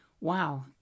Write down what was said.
wow